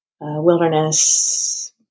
wilderness